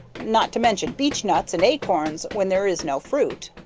not to mention beechnuts and acorns when there is no fruit.